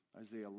Isaiah